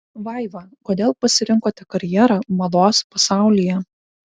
vaiva kodėl pasirinkote karjerą mados pasaulyje